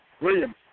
Williams